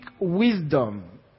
wisdom